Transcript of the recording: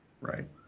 Right